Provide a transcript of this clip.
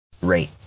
rate